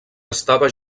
estava